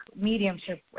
mediumship